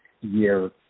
year